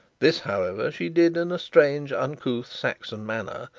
this, however, she did in a strange uncouth saxon manner,